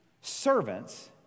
servants